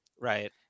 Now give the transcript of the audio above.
Right